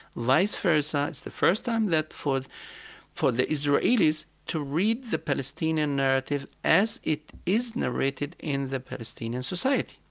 vice versa, it's the first time that for for the israelis to read the palestinian narrative as it is narrated in the palestinian society.